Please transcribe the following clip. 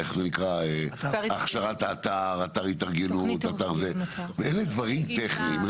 הכשרת האתר, אתר התארגנות, ואלה דברים טכניים.